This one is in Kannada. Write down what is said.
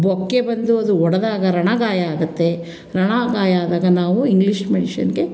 ಬೊಕ್ಕೆ ಬಂದು ಅದು ಒಡೆದಾಗ ರಣ ಗಾಯ ಆಗುತ್ತೆ ರಣ ಗಾಯ ಆದಾಗ ನಾವು ಇಂಗ್ಲೀಷ್ ಮೆಡಿಶಿನ್ನಿಗೆ